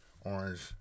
Orange